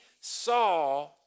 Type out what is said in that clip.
saw